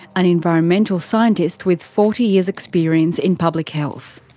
an environmental scientist with forty years' experience in public health.